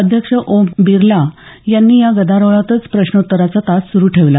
अध्यक्ष ओम बिर्ला यांनी या गदारोळातच प्रश्नोत्तराचा तास सुरू ठेवला